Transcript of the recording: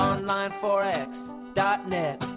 Onlineforex.net